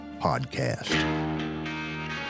podcast